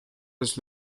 was